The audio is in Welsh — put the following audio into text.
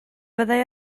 fyddai